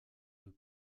deux